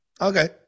Okay